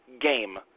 game